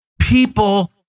People